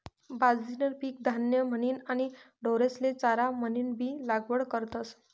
बाजरीनं पीक धान्य म्हनीन आणि ढोरेस्ले चारा म्हनीनबी लागवड करतस